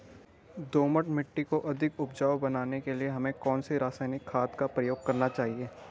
दोमट मिट्टी को अधिक उपजाऊ बनाने के लिए हमें कौन सी रासायनिक खाद का प्रयोग करना चाहिए?